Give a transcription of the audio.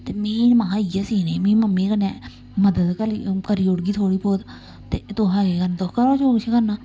ते में महां इ'यै सीने मी मम्मी कन्नै मदद कली करी ओड़गी थोह्ड़ी बौह्त ते तुसें केह् करना तुस करो जो किश करना